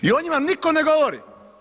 I o njima nitko ne govori.